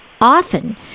often